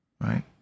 Right